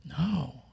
No